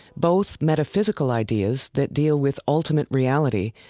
both metaphysical ideas that deal with ultimate reality,